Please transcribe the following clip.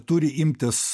turi imtis